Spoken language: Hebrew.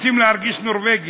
רוצים להרגיש נורבגיה,